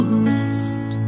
rest